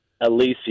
Alicia